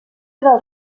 dels